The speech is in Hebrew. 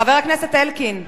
חבר הכנסת אלקין,